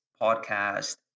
podcast